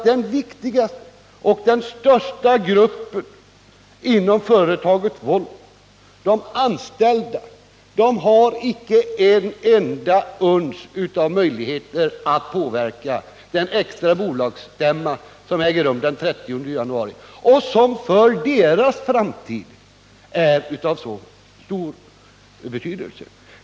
Den viktigaste och största gruppen inom företaget Volvo, dvs. de anställda, har nämligen icke ett uns av möjligheter att påverka den extra bolagsstämma som skall äga rum den 30 januari och som skall behandla en fråga som för deras framtid är av så stor betydelse.